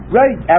right